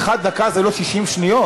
אצלך דקה זה לא 60 שניות?